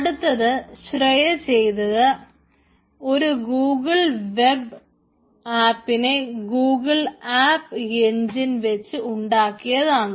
അടുത്തത് ശ്രേയ ചെയ്തത് ഒരു ഗൂഗിൾ വെബ് ആപ്പിനെ ഗൂഗിൾ ആപ്പ് എൻജിൻ വെച്ച് ഉണ്ടാക്കിയതാണ്